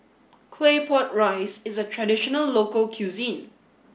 Claypot Rice is a traditional local cuisine